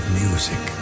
music